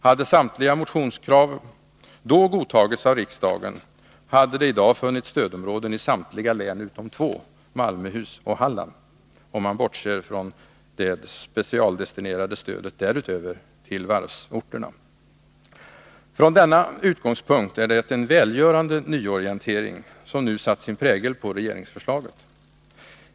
Hade samtliga dessa krav då godtagits av riksdagen, hade det i dag funnits stödområden i samtliga län utom två, Malmöhus och Halland, om man bortser från det specialdestinerade stödet till varvsorterna. Från denna utgångspunkt är det en välgörande nyorientering som nu satt sin prägel på regeringsförslaget.